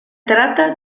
trata